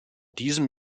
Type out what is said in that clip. diesem